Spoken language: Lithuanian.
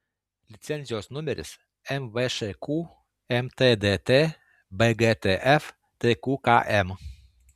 licenzijos numeris mvšq mtdt bgtf tqkm